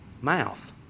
mouth